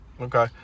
okay